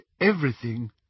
everything